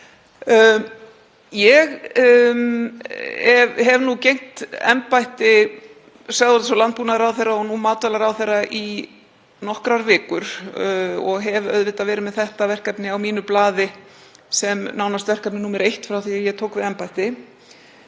Ég hef gegnt embætti sjávarútvegs- og landbúnaðarráðherra og nú matvælaráðherra í nokkrar vikur og hef auðvitað verið með þetta verkefni á mínu blaði sem nánast verkefni nr. 1 frá því að ég tók við embætti.